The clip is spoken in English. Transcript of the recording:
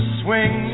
Swing